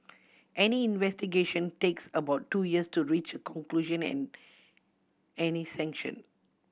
any investigation takes about two years to reach a conclusion and any sanction